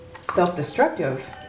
self-destructive